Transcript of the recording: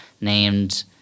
named –